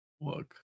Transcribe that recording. Look